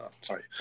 sorry